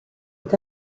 est